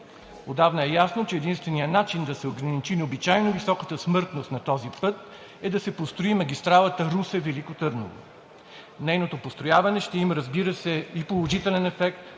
Отдавна е ясно, че единственият начин да се ограничи необичайно високата смъртност на този път, е да се построи магистралата Русе – Велико Търново. Нейното построяване ще има, разбира се, и положителен ефект